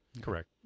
correct